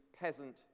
peasant